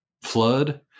flood